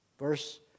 Verse